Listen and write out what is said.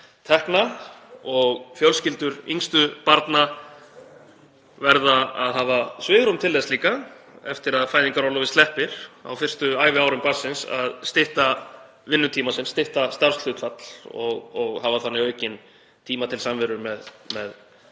tekna. Fjölskyldur yngstu barna verða líka að hafa svigrúm til þess eftir að fæðingarorlofi sleppir á fyrstu æviárum barnsins að stytta vinnutíma sinn, stytta starfshlutfall, og hafa þannig aukinn tíma til samveru með